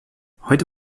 heute